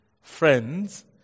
friends